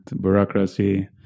bureaucracy